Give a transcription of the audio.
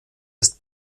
ist